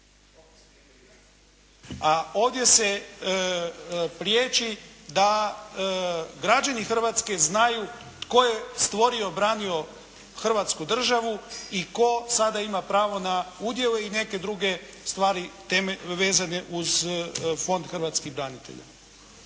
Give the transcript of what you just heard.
a ovdje se priječi da građani Hrvatske znaju tko je stvorio, branio Hrvatsku državu i tko sada ima prvo na udio i neke druge stvari vezane uz Fond hrvatskih branitelja.